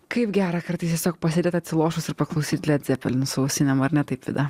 kaip gera kartais tiesiog pasėdėt atsilošus ir paklausyt zepelinų su ausinėm ar ne taip vida